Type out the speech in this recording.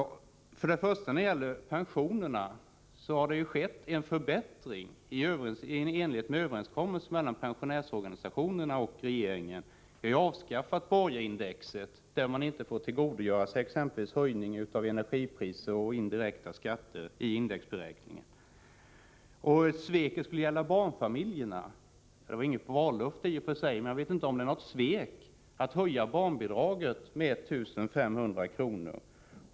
När det gäller pensionerna har det skett en förbättring i enlighet med överenskommelsen mellan pensionärsorganisationerna och regeringen. Vi har ju avskaffat borgeindexet, enligt vilket man inte får tillgodogöra sig exempelvis höjning av energipriser och indirekta skatter. Sveket skulle också gälla barnfamiljerna. Det var i och för sig inget vallöfte, men jag vet inte om det är något svek att höja barnbidraget med 1500 kr.